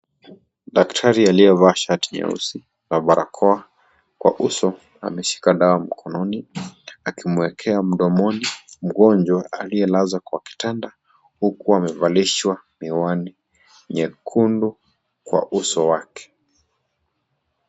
Daktari aliyevaa shati nyeusi na barakoa Kwa uso ameshika dawa mkononi akimwekea mdomoni mgonjwa aliyelaza Kwa kitanda huku amevalishwa miwani nyekundu Kwa uso wake.